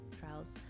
trials